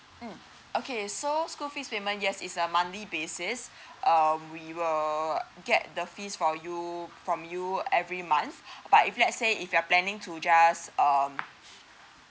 mm okay so school fee payment yes is a monthly basis um we will get the fees for you from you every month but if let's say if you are planning to just um